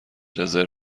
رزرو